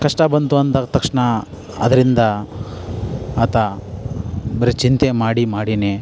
ಕಷ್ಟ ಬಂತು ಅಂದ ತಕ್ಷಣ ಅದರಿಂದ ಆತ ಬರಿ ಚಿಂತೆ ಮಾಡಿ ಮಾಡಿನೆ